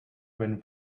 when